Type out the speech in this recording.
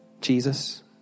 Jesus